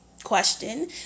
Question